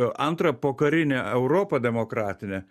antra pokarinę europą demokratinę